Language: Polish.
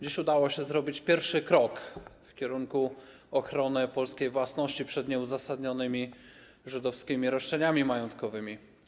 Dziś udało się zrobić pierwszy krok w kierunku ochrony polskiej własności przed nieuzasadnionymi żydowskimi roszczeniami majątkowymi.